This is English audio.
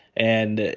and,